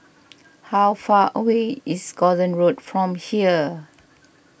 how far away is Gordon Road from here